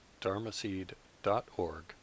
dharmaseed.org